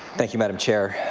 thank you madam chair.